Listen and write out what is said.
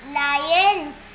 lions